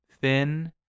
thin